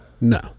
No